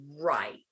right